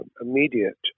immediate